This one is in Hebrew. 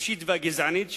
הטיפשית והגזענית שלו,